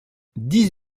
dix